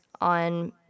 on